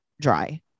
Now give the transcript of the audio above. dry